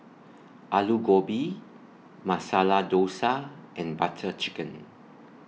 Alu Gobi Masala Dosa and Butter Chicken